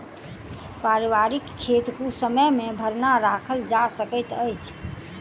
पारिवारिक खेत कुसमय मे भरना राखल जा सकैत अछि